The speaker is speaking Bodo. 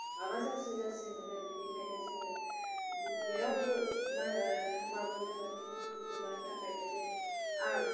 माबा जासै जासै मोनो बेनिखायनो जोङो जेरावबो मा थांबाबो जोङो खिंखुर खिंखुर मोन्नायनि थाखायनो बे